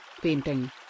painting